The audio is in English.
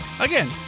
Again